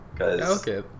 Okay